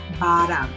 bottom